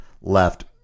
left